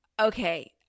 okay